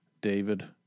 David